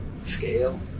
scale